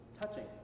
touching